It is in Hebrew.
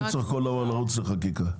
אין צורך לרוץ לחקיקה.